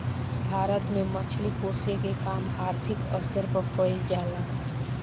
भारत में मछली पोसेके के काम आर्थिक स्तर पर कईल जा ला